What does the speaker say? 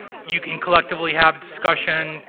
you can collectively have discussion,